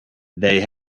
they